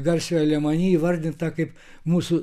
garsiojo lemani įvardinta kaip mūsų